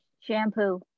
shampoo